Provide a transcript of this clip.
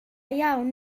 iawn